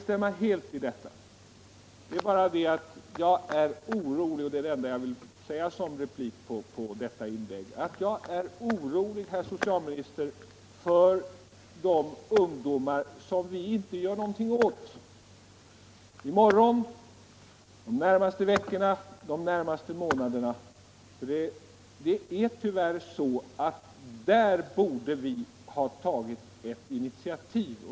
Som enda replik på detta inlägg vill jag säga att jag är orolig, herr socialminister, för de ungdomar som vi inte gör någonting åt — i morgon, de närmaste veckorna och de närmaste månaderna. Vi borde ha tagit ett initiativ.